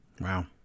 Wow